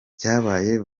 byabaye